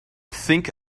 think